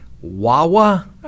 Wawa